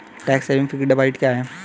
Tax saving fixed deposit क्या है?